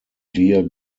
deer